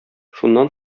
шуннан